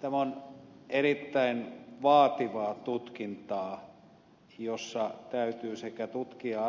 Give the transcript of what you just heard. tämä on erittäin vaativaa tutkintaa jossa täytyy tutkia